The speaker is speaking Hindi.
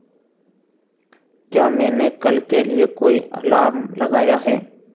क्या मैंने कल के लिए कोई अलार्म लगाया है